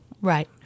Right